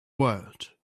world